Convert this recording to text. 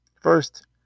first